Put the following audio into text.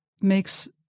makes